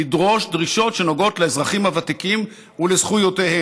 וידרשו דרישות שנוגעות לאזרחים הוותיקים ולזכויותיהם.